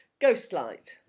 Ghostlight